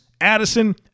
Addison